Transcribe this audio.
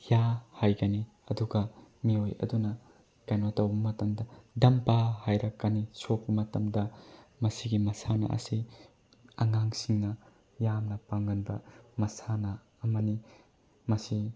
ꯌꯥ ꯍꯥꯏꯒꯅꯤ ꯑꯗꯨꯒ ꯃꯤꯑꯣꯏ ꯑꯗꯨꯅ ꯀꯩꯅꯣ ꯇꯧꯕ ꯃꯇꯝꯗ ꯗꯝꯄꯥ ꯍꯥꯏꯔꯛꯀꯅꯤ ꯁꯣꯛꯄ ꯃꯇꯝꯗ ꯃꯁꯤꯒꯤ ꯃꯁꯥꯟꯅ ꯑꯁꯤ ꯑꯉꯥꯡꯁꯤꯡꯅ ꯌꯥꯝꯅ ꯄꯥꯝꯅꯕ ꯃꯁꯥꯟꯅ ꯑꯃꯅꯤ ꯃꯁꯤ